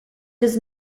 does